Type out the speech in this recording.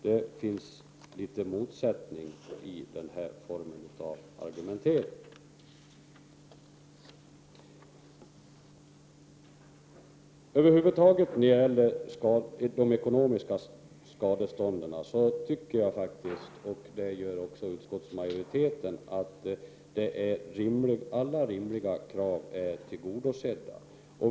Det finns en motsättning i hennes argumentering. När det gäller de ekonomiska skadestånden tycker jag faktiskt — det gör även utskottsmajoriteten — att alla rimliga krav är tillgodosedda.